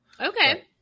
Okay